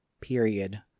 period